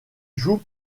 joue